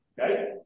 Okay